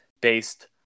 based